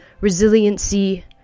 resiliency